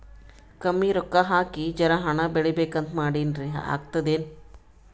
ಕಮ್ಮಿ ರೊಕ್ಕ ಹಾಕಿ ಜರಾ ಹಣ್ ಬೆಳಿಬೇಕಂತ ಮಾಡಿನ್ರಿ, ಆಗ್ತದೇನ?